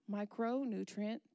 Micronutrient